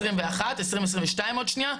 2022 עוד שנייה,